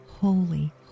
Holy